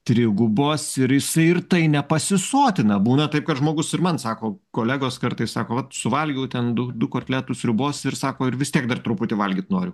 trigubos ir jisai ir tai nepasisotina būna taip kad žmogus ir man sako kolegos kartais sako vat suvalgiau ten du du kotletus sriubos ir sako ir vis tiek dar truputį valgyt noriu